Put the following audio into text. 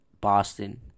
Boston